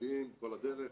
עומדים כל הדרך.